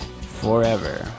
forever